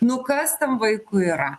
nu kas tam vaikui yra